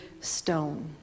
stone